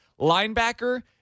Linebacker